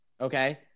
okay